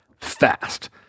fast